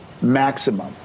maximum